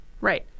Right